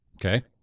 Okay